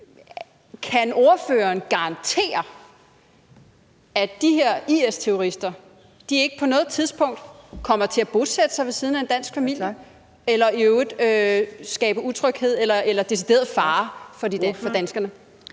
Kan ordføreren garantere, at de her IS-terrorister ikke på noget tidspunkt kommer til at bosætte sig ved siden af en dansk familie eller i øvrigt skabe utryghed eller decideret fare for danskerne?